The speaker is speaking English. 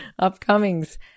Upcomings